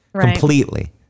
completely